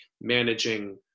managing